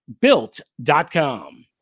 Built.com